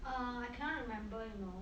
err I cannot remember you know